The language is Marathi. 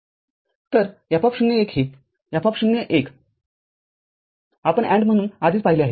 तर F0 १ हे F0 १ आपण AND म्हणून आधीच पाहिले आहे